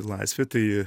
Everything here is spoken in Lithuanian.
laisvė tai